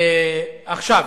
עכשיו,